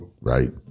right